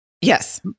Yes